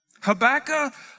Habakkuk